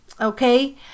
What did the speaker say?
okay